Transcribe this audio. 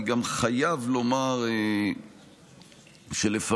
אני חייב לומר שלפעמים,